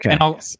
Okay